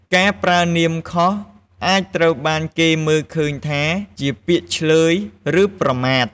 ការប្រើនាមខុសអាចត្រូវបានគេមើលឃើញថាជាពាក្យឈ្លើយឬប្រមាថ។